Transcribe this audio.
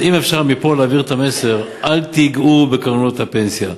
אז אם אפשר מפה להעביר את המסר: אל תיגעו בקרנות הפנסיה.